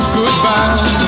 goodbye